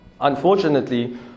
Unfortunately